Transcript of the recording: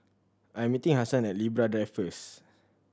I'm meeting Hasan at Libra Drive first